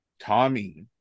Tommy